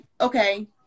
okay